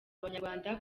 abanyarwanda